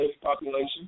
population